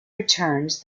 returns